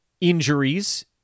injuries